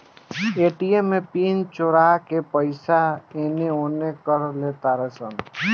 ATM में pin चोरा के पईसा एने ओने कर लेतारे सन